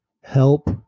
help